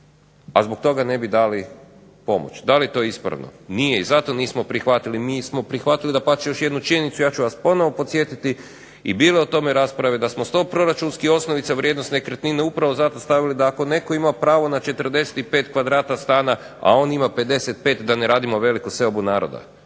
A zbog toga ne bi dali pomoć. Da li je to ispravno? Nije. I zato nismo prihvatili, nismo prihvatili dapače još jednu činjenicu ja ću vas ponovno podsjetiti i bilo je o tome rasprave da smo 100 proračunskih osnovica vrijednost nekretnine upravo zato stavili da ako netko ima pravo na 45 kvadrata stana, a on ima 55 da ne radimo veliku seobu naroda.